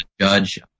judge